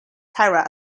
terror